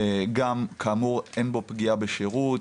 וגם כאמור אין בו פגיעה בשירות,